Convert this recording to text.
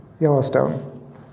Yellowstone